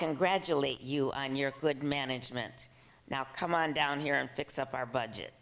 gradually you on your good management now come on down here and fix up our budget